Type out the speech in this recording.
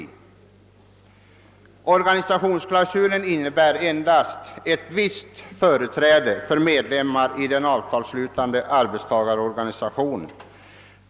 Organisationsklausulen innebär endast visst företräde för medlemmar i den = avtalsslutande arbetstagarorganisationen.